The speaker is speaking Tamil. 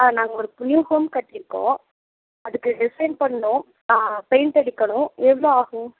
சார் நாங்கள் ஒரு நியூ ஹோம் கட்டியிருக்கோம் அதுக்கு டிசைன் பண்ணணும் பெயிண்ட் அடிக்கணும் எவ்வளோ ஆகும்